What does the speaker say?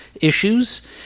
issues